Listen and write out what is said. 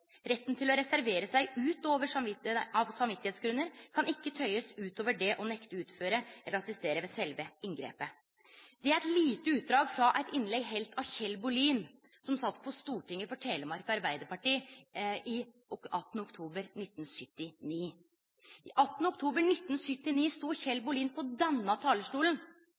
Retten til å reservere seg av samvittighetsgrunner kan ikke tøyes utover det å nekte å utføre eller assistere ved selve inngrepet.» Det er eit lite utdrag frå eit innlegg halde av Kjell Bohlin, som satt på Stortinget for Telemark Arbeidarparti, 18. oktober 1979. 18. oktober 1979 stod Kjell Bohlin på denne